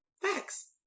Facts